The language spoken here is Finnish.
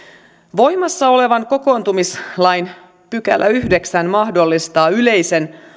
voimassa olevan kokoontumislain yhdeksäs pykälä mahdollistaa yleisen